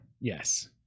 Yes